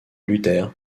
luther